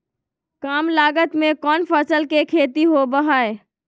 काम लागत में कौन फसल के खेती होबो हाय?